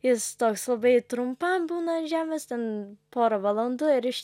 jis toks labai trumpam būna ant žemės ten porą valandų ir iš